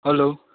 hello